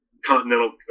Continental